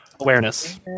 Awareness